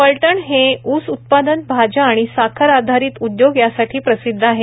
फलटण हे ऊस उत्पादन भाज्या आणि साखर आधारित उद्योग यासाठी प्रसिद्ध आहे